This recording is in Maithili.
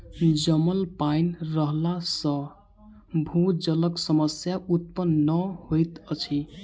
जमल पाइन रहला सॅ भूजलक समस्या उत्पन्न नै होइत अछि